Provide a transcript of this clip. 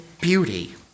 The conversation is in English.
beauty